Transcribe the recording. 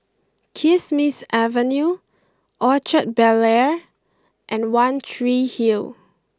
Kismis Avenue Orchard Bel Air and One Tree Hill